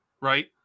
right